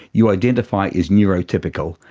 you identify as neurotypical,